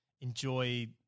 enjoy